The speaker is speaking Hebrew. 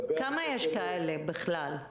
כמה יש כאלה בכלל?